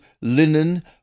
linen